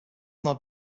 not